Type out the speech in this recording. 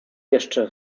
jeszcze